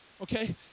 Okay